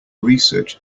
research